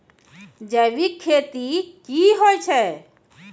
जैविक खेती की होय छै?